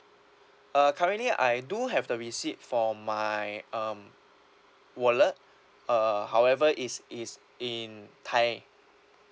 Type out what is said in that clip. uh currently I do have the receipt for my um wallet uh however it's it's in thai